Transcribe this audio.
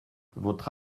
votre